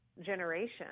generation